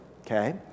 okay